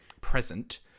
present